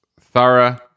thorough